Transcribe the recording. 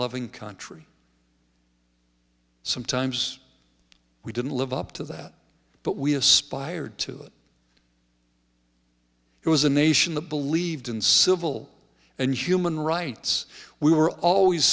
loving country sometimes we didn't live up to that but we aspired to it it was a nation that believed in civil and human rights we were always